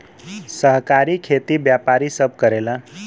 सहकारी खेती व्यापारी सब करेला